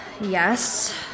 Yes